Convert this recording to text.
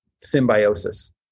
symbiosis